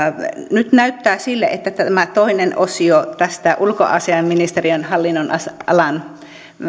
nyt näyttää sille että tämä toinen osio näistä ulkoasiainministeriön hallinnonalan